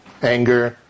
anger